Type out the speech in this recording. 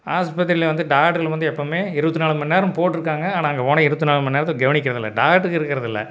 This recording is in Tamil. ஹாஸ்பத்திரியில் வந்து டாக்டர்கள் வந்து எப்போதுமே இருபத்து நாலு மணி நேரம் போட்டிடுருக்காங்க ஆனால் அங்கே போனால் இருபத்து நாலு மணி நேரத்துக்கு கவனிக்கிறதில்ல டாக்ட்ருகள் இருக்கிறதில்ல